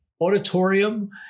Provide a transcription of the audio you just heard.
auditorium